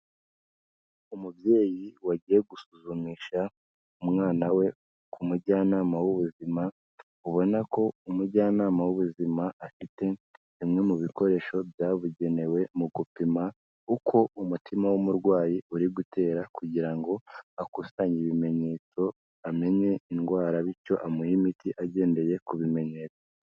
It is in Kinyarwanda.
Umubyeyi wagiye gusuzumisha umwana we ku mujyanama w'ubuzima, ubona ko umujyanama w'ubuzima afite bimwe mu bikoresho byabugenewe mu gupima uko umutima w'umurwayi uri gutera kugira ngo akusanye ibimenyetso amenye indwara bityo amuhe imiti agendeye ku bimenyetso.